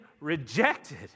rejected